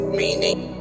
meaning